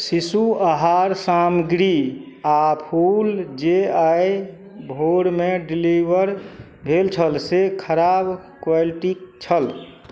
शिशु आहार सामग्री आओर फूल जे आइ भोरमे डिलिवर भेल छल से खराब क्वालिटीके छल